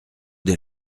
des